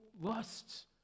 lusts